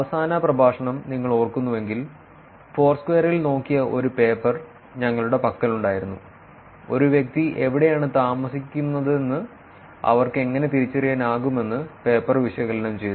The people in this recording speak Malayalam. അവസാന പ്രഭാഷണം നിങ്ങൾ ഓർക്കുന്നുവെങ്കിൽ ഫോർസ്ക്വയറിൽ നോക്കിയ ഒരു പേപ്പർ ഞങ്ങളുടെ പക്കലുണ്ടായിരുന്നു ഒരു വ്യക്തി എവിടെയാണ് താമസിക്കുന്നതെന്ന് അവർക്ക് എങ്ങനെ തിരിച്ചറിയാനാകുമെന്ന് പേപ്പർ വിശകലനം ചെയ്തു